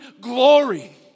glory